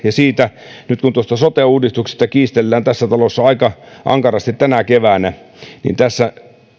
ja nyt kun tuosta sote uudistuksesta kiistellään tässä talossa aika ankarasti tänä keväänä niin tässä